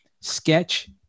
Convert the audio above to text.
sketch